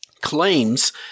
claims